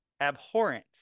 abhorrent